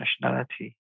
nationality